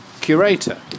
curator